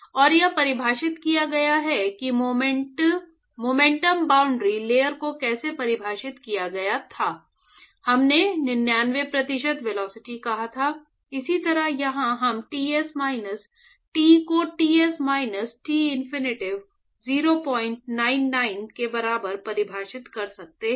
और यह परिभाषित किया गया है कि मोमेंटम बाउंड्री लेयर को कैसे परिभाषित किया गया था हमने 99 प्रतिशत वेलोसिटी कहा था इसी तरह यहां हम Ts माइनस T को Ts माइनस टिनफिनिटी 099 के बराबर परिभाषित कर सकते हैं